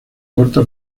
corta